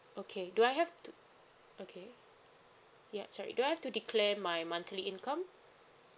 okay do I have to okay ya sorry do I have to declare my monthly income